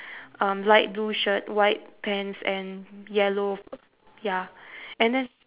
um light blue shirt white pants and yellow ya and then